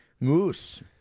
Moose